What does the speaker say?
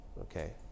Okay